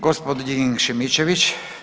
Gospodin Šimičević.